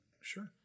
Sure